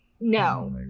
No